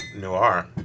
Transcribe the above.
Noir